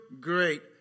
great